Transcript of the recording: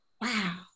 wow